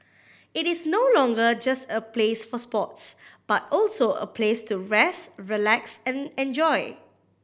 it is no longer just a place for sports but also a place to rest relax and enjoy